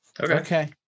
Okay